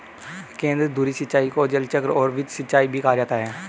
केंद्रधुरी सिंचाई को जलचक्र और वृत्त सिंचाई भी कहा जाता है